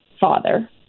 father